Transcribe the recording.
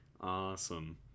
awesome